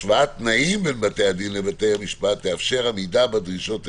השוואת תנאים בין בתי הדין לבין בתי המשפט תאפשר עמידה בדרישות אלה.